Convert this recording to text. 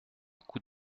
coup